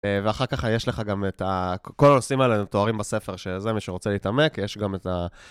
ואחר כך יש לך גם את ה..כל הנושאים האלו מתוארים בספר שזה מי שרוצה להתעמק, יש גם את ה...